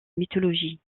mythologie